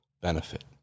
benefit